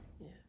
Yes